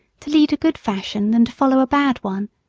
to lead a good fashion than to follow a bad one?